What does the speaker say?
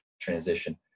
transition